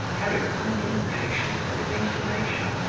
peregrine, in the impatience of his inclination,